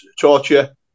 torture